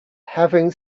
having